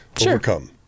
Overcome